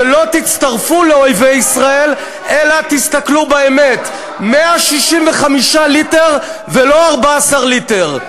שלא תצטרפו לאויבי ישראל אלא תסתכלו באמת: 165 ליטר ולא 14 ליטר.